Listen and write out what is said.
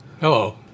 Hello